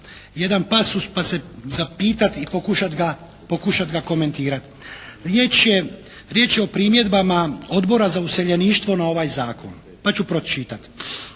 jedan pasus pa se zapitati i pokušati ga komentirati. Riječ je, riječ je o primjedbama Odbora za useljeništvo na ovaj zakon. Pa ću pročitati.